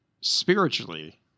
spiritually